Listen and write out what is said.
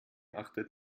achtet